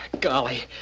Golly